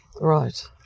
Right